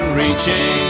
reaching